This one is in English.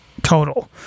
Total